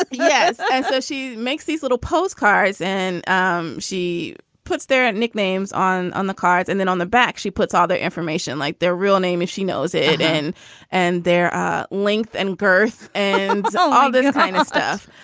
ah yes and so she makes these little postcards and um she puts their nicknames on on the cards. and then on the back, she puts all their information like their real name, if she knows it, and and their ah length and girth and so all this kind of stuff.